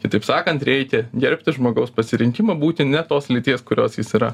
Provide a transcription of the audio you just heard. kitaip sakant reikia gerbti žmogaus pasirinkimą būti ne tos lyties kurios jis yra